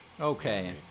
Okay